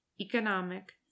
economic